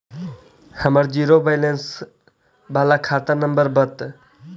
हमर zero balance बाला खाता नम्बर बत?